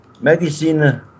Medicine